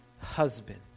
husband